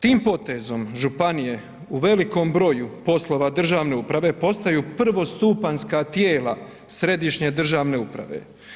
Tim potezom županije u velikom broju poslova državne uprave postaju prvostupanjska tijela središnje državne uprave.